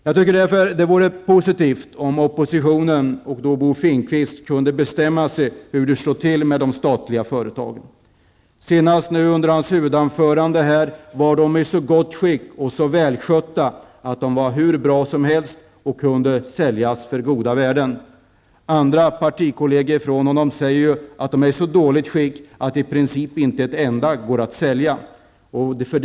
Jag tycker därför att det vore positivt om oppositionen och Bo Finnkvist kunde bestämma sig för hur det står till med de statliga företagen. Nu senast under hans huvudanförande var de i så gott skick och så välskötta att de var hur bra som helst och kunde säljas för goda värden. Partikolleger till Bo Finnkvist säger att de är i så dåligt skick att det i princip inte går att sälja ett enda.